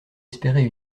espérait